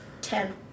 Ten